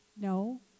no